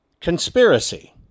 conspiracy